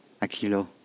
Aquilo